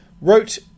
wrote